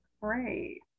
great